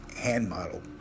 hand-model